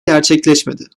gerçekleşmedi